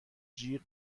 جیغ